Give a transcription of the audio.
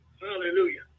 Hallelujah